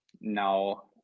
No